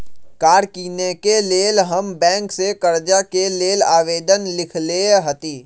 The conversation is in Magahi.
कार किनेके लेल हम बैंक से कर्जा के लेल आवेदन लिखलेए हती